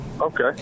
Okay